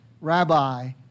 rabbi